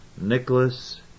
Nicholas